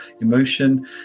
emotion